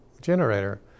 generator